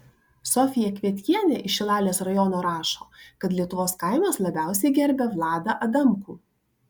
sofija kvietkienė iš šilalės rajono rašo kad lietuvos kaimas labiausiai gerbia vladą adamkų